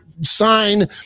sign